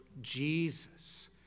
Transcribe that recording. Jesus